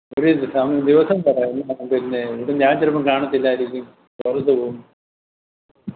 ഒരു സമയം ദിവസം പറ പിന്നെ ഇവിടെ ഞാൻ ചിലപ്പം കാണില്ലായിരിക്കും പുറത്ത് പോവും